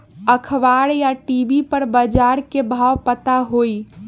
अखबार या टी.वी पर बजार के भाव पता होई?